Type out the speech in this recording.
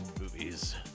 Movies